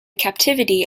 captivity